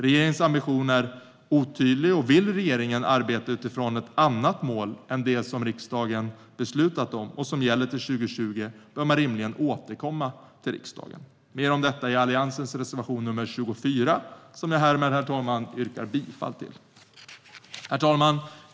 Regeringens ambition är samtidigt otydlig, och vill regeringen arbeta utifrån ett annat mål än det som är beslutat av riksdagen och som gäller till 2020 behöver man rimligen återkomma till riksdagen. Mer om detta finns i Alliansens reservation nr 24, som jag härmed yrkar bifall till. Herr talman!